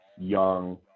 young